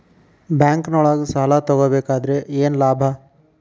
ಬ್ಯಾಂಕ್ನೊಳಗ್ ಸಾಲ ತಗೊಬೇಕಾದ್ರೆ ಏನ್ ಲಾಭ?